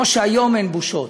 לא שהיום אין בושות,